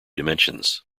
dimensions